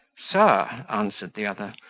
sir, answered the other,